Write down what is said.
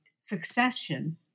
succession